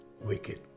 wicked